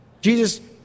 Jesus